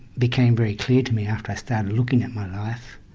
became very clear to me after i started looking at my life,